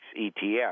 ETF